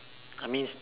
I mean